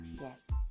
Yes